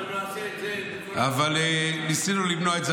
אנחנו נעשה את זה בצורה הטובה ביותר.